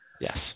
Yes